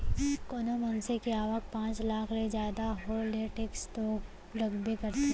कोनो मनसे के आवक पॉच लाख ले जादा हो ले टेक्स तो लगबे करथे